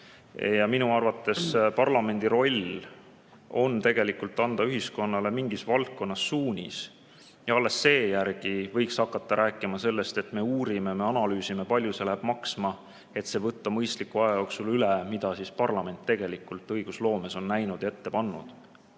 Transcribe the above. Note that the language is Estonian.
Aga minu arvates parlamendi roll on tegelikult anda ühiskonnale mingis valdkonnas suunis ja alles seejärel võiks hakata rääkima sellest, et me uurime, me analüüsime, palju see läheb maksma, et see võtta mõistliku aja jooksul üle, ja mida siis parlament tegelikult õigusloomes on ette näinud ja ette pannud.